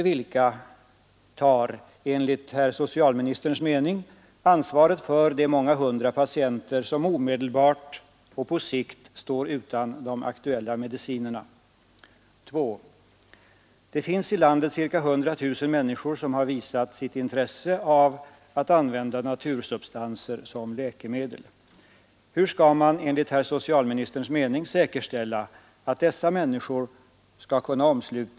Är socialstyrelsens experter — som inte har kontrollerat eller godkänt dessa mediciner — nu säkra på att dessa människor inte kommer att lida fysisk eller psykisk skada genom det genomförda beslaget? Dessa experter utövar i huvusak en mycket värdefull kontrollverksamhet över att inte farliga medicinska preparat kommer ut på den svenska marknaden — och i det avseendet är vårt lands myndigheter och läkare mycket framstående. Men nu gäller det en annan grundtyp av preparat som i stort sett får betraktas som ofarliga vid lämplig ordination och användning. Med stöd av vad som här anförts beträffande den iråkade situationen för en stor mängd sjuka människor får jag anhålla om kammarens tillstånd att till herr socialministern få ställa följande frågor: 1.